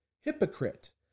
Hypocrite